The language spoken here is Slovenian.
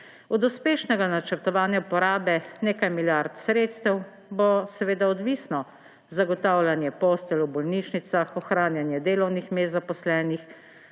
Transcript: Od uspešnega načrtovanja porabe nekaj milijard sredstev bo seveda odvisno zagotavljanje postelj v bolnišnicah, ohranjanje delovnih mest zaposlenih,